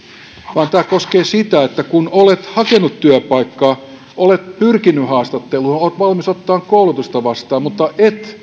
tämä koskee sitä että kun olet hakenut työpaikkaa olet pyrkinyt haastatteluun olet valmis ottamaan koulutusta vastaan mutta et